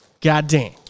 goddamn